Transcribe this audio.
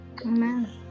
Amen